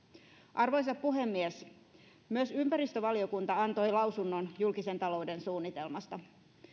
arvoisa puhemies myös ympäristövaliokunta antoi lausunnon julkisen talouden suunnitelmasta